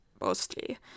mostly